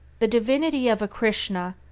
the divinity of a krishna,